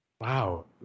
Wow